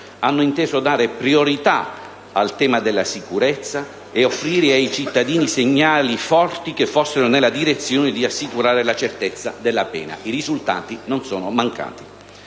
hanno inteso dare priorità al tema della sicurezza offrire ai cittadini segnali forti che fossero nella direzione di assicurare la certezza della pena; i risultati non sono mancati.